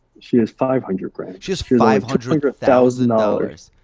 she has five hundred grand. she has five hundred hundred thousand dollars?